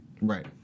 Right